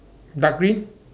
dark green